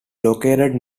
located